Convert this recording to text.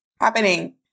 happening